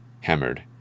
hammered